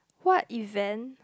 what event